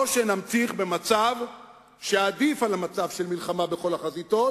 או שנמשיך במצב שעדיף על המצב של מלחמה בכל החזיתות,